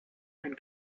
ein